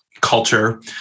Culture